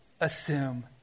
assume